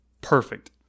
perfect